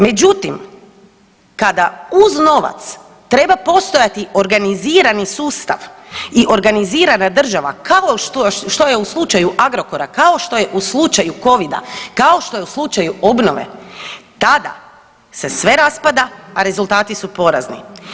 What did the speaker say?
Međutim, kada uz novac treba postojati organizirani sustav i organizirana država kao što je u slučaju Agrokora, kao što je u slučaju covida, kao što je u slučaju obnove, tada se sve raspada a rezultati su porazni.